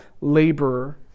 laborer